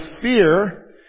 fear